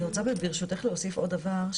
אני רוצה, ברשותך, להוסיף עוד דבר.